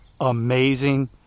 amazing